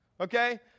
okay